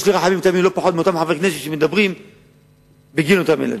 יש לי רחמים לא פחות מלאותם חברי כנסת שמדברים בגין אותם ילדים.